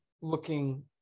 looking